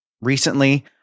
recently